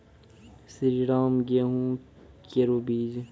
श्रीराम गेहूँ केरो बीज?